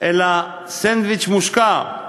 אלא סנדוויץ' מושקע,